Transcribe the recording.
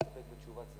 כן.